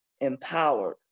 empowered